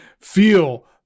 feel